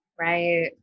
right